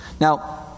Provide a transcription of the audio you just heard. Now